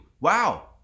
Wow